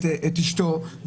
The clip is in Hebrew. את אשתו,